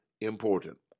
important